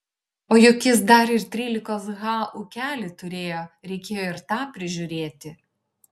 o juk jis dar ir trylikos ha ūkelį turėjo reikėjo ir tą prižiūrėti